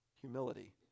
Humility